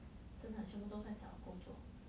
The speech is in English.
真的全部都在找工作